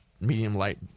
medium-light